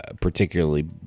particularly